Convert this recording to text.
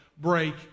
break